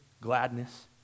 gladness